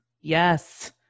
yes